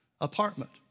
apartment